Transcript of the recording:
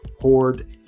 hoard